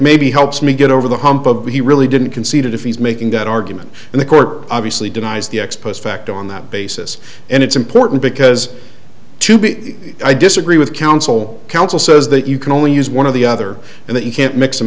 maybe helps me get over the hump of what he really didn't concede if he's making that argument and the court obviously denies the ex post facto on that basis and it's important because to be i disagree with counsel counsel says that you can only use one of the other and that you can't mix and